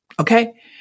Okay